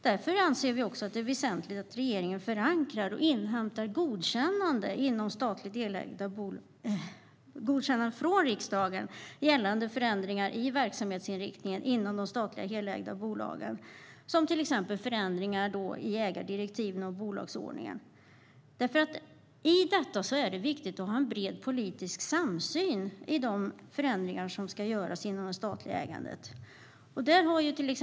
Därför anser vi också att det är väsentligt att regeringen förankrar och inhämtar godkännande från riksdagen gällande förändringar i verksamhetsinriktningen inom de statligt helägda bolagen, till exempel förändringar i ägardirektiv och bolagsordning. Det är viktigt att ha en bred politisk samsyn om de förändringar som ska göras i det statliga ägandet.